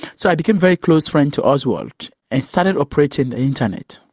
so i became very close friends to oswald, and started operating the internet.